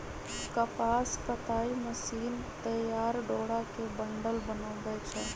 कपास कताई मशीन तइयार डोरा के बंडल बनबै छइ